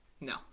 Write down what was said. No